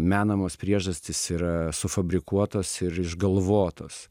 menamos priežastys yra sufabrikuotos ir išgalvotos